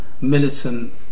militant